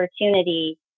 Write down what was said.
opportunity